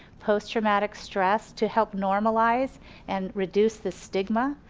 post traumatic stress to help normalize and reduce the stigma,